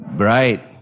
bright